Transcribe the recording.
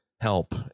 help